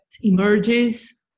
emerges